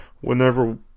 whenever